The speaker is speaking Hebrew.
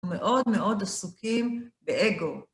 מאוד מאוד עסוקים באגו.